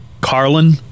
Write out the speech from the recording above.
Carlin